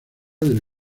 del